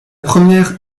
première